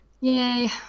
Yay